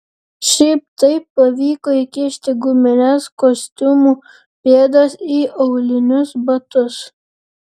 šiaip taip pavyko įkišti gumines kostiumų pėdas į aulinius batus